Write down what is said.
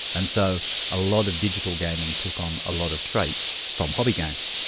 and so a lot of digital gaming took on a lot of traits from hobby games.